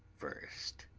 first,